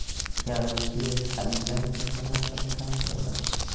क्या यू.पी.आई खाली बैंक के समय पर ही काम करेला?